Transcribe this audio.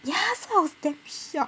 ya so I was damn shocked